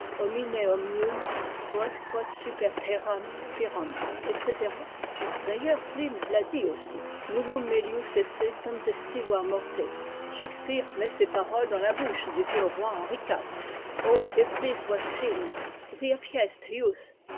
etc d'ailleurs pline l'a dit aussi nullum melius esse tempestiva morte shakes peare met ces paroles dans la bouche du vieux roi henri iv